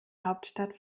hauptstadt